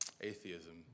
atheism